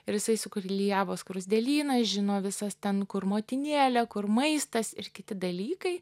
ir jisai suklijavo skruzdėlyną žino visas ten kur motinėlė kur maistas ir kiti dalykai